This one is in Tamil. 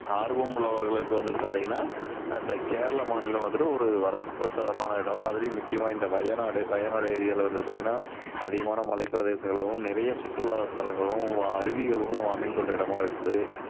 ஆர்வம் உள்ளவர்களுக்கு வந்துவிட்டு பாத்திங்கனா அந்த கேரளா மாநிலம் வந்துவிட்டு ஒரு வர பிரசாதமான இடோம் அதுலையும் முக்கியமாக இந்த வயநாடு வயநாடு ஏரியால வந்துவிட்டு பாத்திங்கனா அதிகமான மலைப்பிரதேசங்கள் அதுவும் நிறைய சுற்றுலாஸ்தலங்களும் அருவிகளும் அமைந்துள்ள இடமாக இருக்குது